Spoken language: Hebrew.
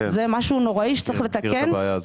זה משהו נוראי שצריך לתקן.